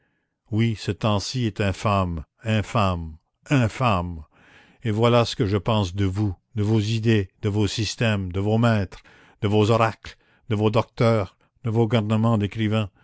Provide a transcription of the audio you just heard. oui ce temps-ci est infâme infâme infâme et voilà ce que je pense de vous de vos idées de vos systèmes de vos maîtres de vos oracles de vos docteurs de vos garnements d'écrivains